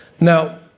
Now